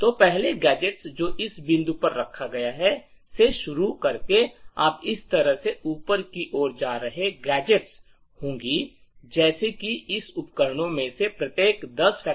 तो पहले गैजेट्स जो इस बिंदु पर रखा गया है से शुरू आप इस तरह से ऊपर की ओर जा रहे गैजेट्स होगा जैसे कि इन उपकरणों में से प्रत्येक 10